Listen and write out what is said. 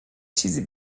چیزی